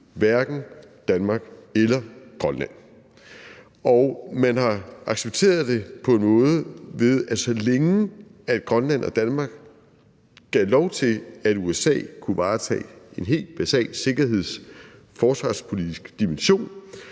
hverken Danmark eller Grønland, og man har accepteret det på den måde, at så længe Grønland og Danmark gav lov til, at USA kunne varetage en helt basal sikkerheds- og forsvarspolitisk dimension,